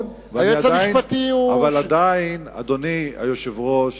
אדוני היושב-ראש,